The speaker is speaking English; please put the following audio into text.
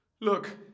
Look